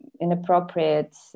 inappropriate